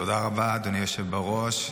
אדוני היושב בראש,